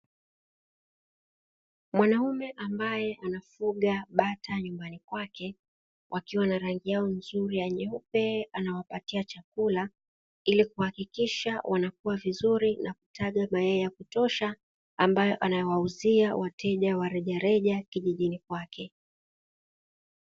Mwanaume ambaye anafuga bata nyumbani kwake wakiwa na rangi yao nzuri ya nyeupe anawapatia chakula ili kuhakikisha wanakua vizuri na kutaga mayai ya kutosha ambayo anawauziwa wateja warejareja kijijini kwake .